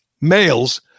males